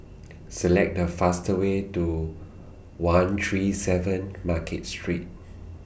Select The fast Way Do one three seven Market Street